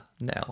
now